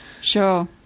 Sure